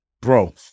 Bro